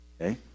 Okay